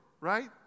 right